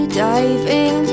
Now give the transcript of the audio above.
diving